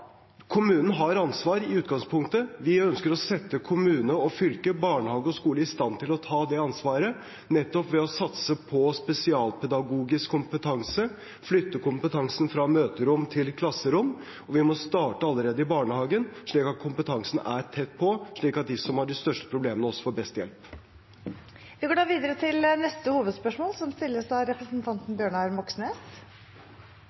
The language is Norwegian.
Kommunen har ansvar i utgangspunktet. Vi ønsker å sette kommune og fylke, barnehage og skole i stand til å ta det ansvaret nettopp ved å satse på spesialpedagogisk kompetanse, flytte kompetansen fra møterom til klasserom, og vi må starte allerede i barnehagen, slik at kompetansen er tett på, og slik at de som har de største problemene, også får best hjelp. Vi går videre til neste hovedspørsmål.